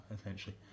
essentially